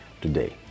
today